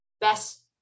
best